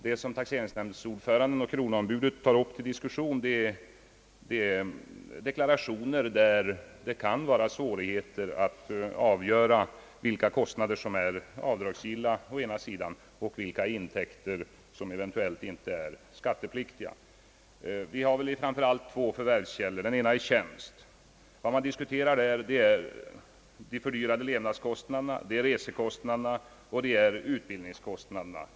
Det som taxeringsnämndens ordförande och kronoombuden tar upp till diskussion är i stället deklarationer beträffande vilka det kan vara svårt att avgöra å ena sidan vilka kostnader som är avdragsgilla, å andra sidan huruvida intäkter eventuellt inte är skattepliktiga. Vi har i stort sett två förvärvskällor, där sådana diskussioner företrädesvis uppkommer, av vilka den ena är tjänst. Vad som diskuteras i taxeringsnämnderna är de fördyrade levnadskostnaderna, resekostnaderna och utbildningskostnaderna.